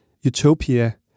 utopia